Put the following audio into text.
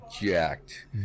jacked